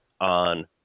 on